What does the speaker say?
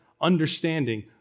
understanding